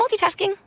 multitasking